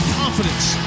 confidence